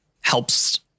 helps